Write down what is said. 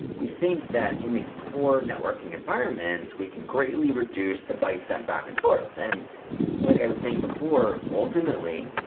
we think that in these poor networking environments, we can greatly reduce the bytes sent back and forth. and like i was saying before, ultimately,